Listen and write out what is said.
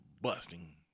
busting